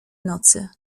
nocy